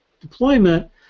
deployment